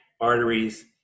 arteries